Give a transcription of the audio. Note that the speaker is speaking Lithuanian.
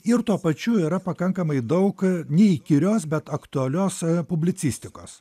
ir tuo pačiu yra pakankamai daug neįkyrios bet aktualios publicistikos